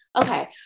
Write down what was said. Okay